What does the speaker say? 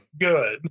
good